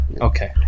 Okay